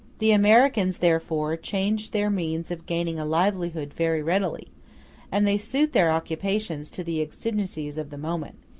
the americans, therefore, change their means of gaining a livelihood very readily and they suit their occupations to the exigencies of the moment,